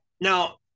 Now